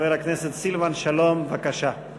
חבר הכנסת סילבן שלום, בבקשה.